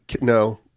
No